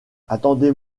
attendez